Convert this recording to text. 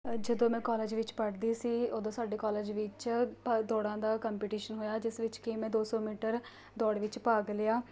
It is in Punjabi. ਜਦੋਂ ਮੈਂ ਕੋਲਜ ਵਿੱਚ ਪੜ੍ਹਦੀ ਸੀ ਉਦੋਂ ਸਾਡੇ ਕੋਲਜ ਵਿੱਚ ਭ ਦੌੜਾਂ ਦਾ ਕੰਪਟੀਸ਼ਨ ਹੋਇਆ ਜਿਸ ਵਿੱਚ ਕਿ ਮੈਂ ਦੋ ਸੌ ਮੀਟਰ ਦੌੜ ਵਿੱਚ ਭਾਗ ਲਿਆ